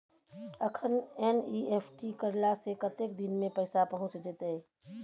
अखन एन.ई.एफ.टी करला से कतेक दिन में पैसा पहुँच जेतै?